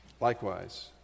Likewise